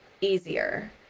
easier